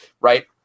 Right